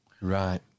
Right